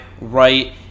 right